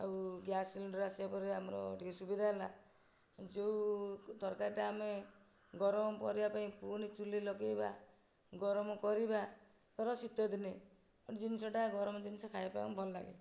ଆଉ gas cylinder ଆସିବା ପରେ ଆମର ଟିକେ ସୁବିଧା ହେଲା ଯୋଉ ତରକାରିଟା ଆମେ ଗରମ କରିବା ପାଇଁ ପୁଣି ଚୂଲି ଲଗେଇବା ଗରମ କରିବା ଧର ଶୀତଦିନେ ଜିନିଷଟା ଗରମ ଜିନିଷ ଖାଇବା ପାଇଁ ଭଲ ଲାଗେ